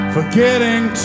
Forgetting